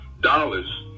dollars